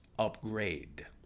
upgrade